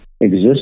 exist